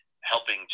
helping